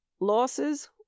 losses